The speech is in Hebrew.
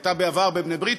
שהייתה בעבר ב"בני ברית",